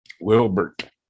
Wilbert